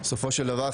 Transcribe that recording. בסופו של דבר,